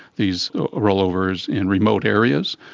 these rollovers, in remote areas.